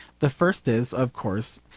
the first is, of course,